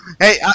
Hey